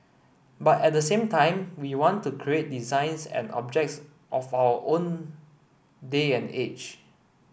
but at the same time we want to create designs and objects of our own day and age